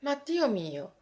ma dio mio